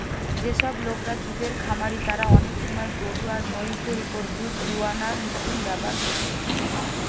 যেসব লোকরা দুধের খামারি তারা অনেক সময় গরু আর মহিষ দের উপর দুধ দুয়ানার মেশিন ব্যাভার কোরছে